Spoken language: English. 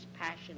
passion